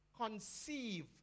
conceive